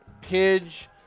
Pidge